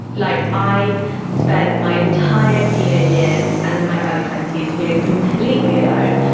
like i spent my entire teenage years and then my early twenty s feeling completely alone,